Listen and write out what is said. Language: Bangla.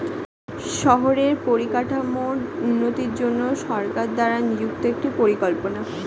শহরের পরিকাঠামোর উন্নতির জন্য সরকার দ্বারা নিযুক্ত একটি পরিকল্পনা